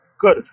good